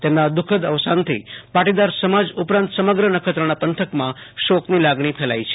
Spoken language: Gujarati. તેમના દઃખદ અવસાનથી પાટીદાર સમાજ ઉપરાંત સમગ્ર નખત્રાણા પંથકમાં શોકની લાગણી ફેલાઈ છે